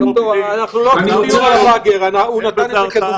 מוקדים מוחזר תוך יום אין בזה הרתעה.